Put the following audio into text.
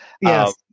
Yes